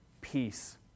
peace